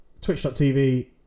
twitch.tv